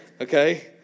Okay